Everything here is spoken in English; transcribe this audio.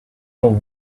till